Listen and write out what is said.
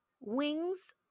Wings